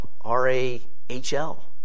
R-A-H-L